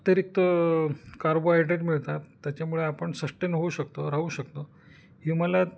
अतिरिक्त कार्बोहायड्रेट मिळतात त्याच्यामुळे आपण सष्टेन होऊ शकतो राहू शकतो हिमालयात